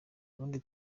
ubundi